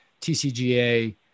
TCGA